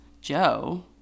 Joe